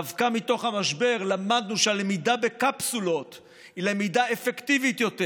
דווקא מתוך המשבר למדנו שהלמידה בקפסולות היא למידה אפקטיבית יותר,